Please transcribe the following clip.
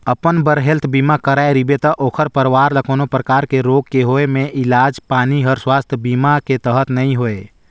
अपन बर हेल्थ बीमा कराए रिबे त ओखर परवार ल कोनो परकार के रोग के होए मे इलाज पानी हर सुवास्थ बीमा के तहत नइ होए